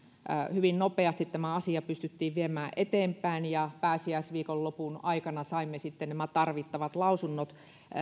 hyvin nopeasti tämä asia pystyttiin viemään eteenpäin ja pääsiäisviikonlopun aikana saimme sitten tarvittavat lausunnot